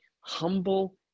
humble